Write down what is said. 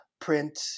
print